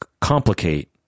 complicate